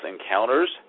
encounters